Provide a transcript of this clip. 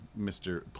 Mr